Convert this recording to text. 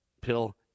pill